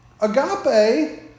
Agape